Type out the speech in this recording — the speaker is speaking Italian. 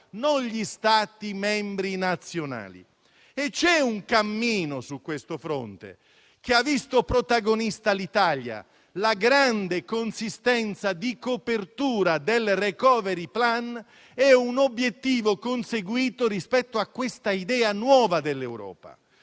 non gli Stati membri nazionali. C'è un cammino su questo fronte, che ha visto protagonista l'Italia: la grande consistenza di copertura del *recovery plan* è un obiettivo conseguito rispetto a questa nuova idea dell'Europa,